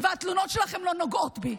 והתלונות שלכם לא נוגעות בי.